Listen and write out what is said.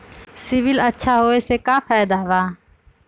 CIBIL अच्छा होऐ से का फायदा बा?